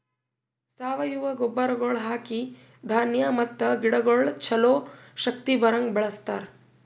ಸಾವಯವ ಗೊಬ್ಬರಗೊಳ್ ಹಾಕಿ ಧಾನ್ಯ ಮತ್ತ ಗಿಡಗೊಳಿಗ್ ಛಲೋ ಶಕ್ತಿ ಬರಂಗ್ ಬೆಳಿಸ್ತಾರ್